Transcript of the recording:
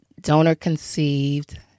donor-conceived